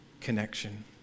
connection